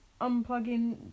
unplugging